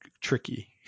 tricky